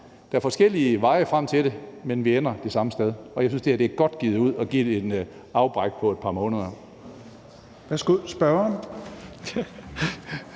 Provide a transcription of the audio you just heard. der er forskellige veje frem til det, men vi ender det samme sted. Og jeg synes, at tiden er godt givet ud på at give det et afbræk på et par måneder.